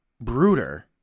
brooder